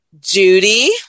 Judy